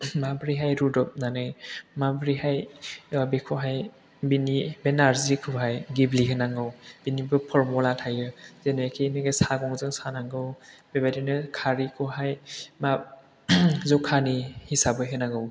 माब्रैहाय रुद'बनानै माब्रैहाय बेखौहाय बे नारजिखौहाय गेब्लेहोनांगौ बेनिबो फर्मुला थायो जेनोखि बे सागंजों सानांगौ बेबायदिनो खारैखौहाय जखानि हिसाबै होनांगौ